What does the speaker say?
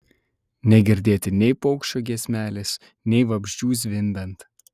negirdėti nei paukščio giesmelės nei vabzdžių zvimbiant